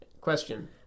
Question